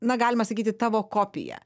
na galima sakyti tavo kopija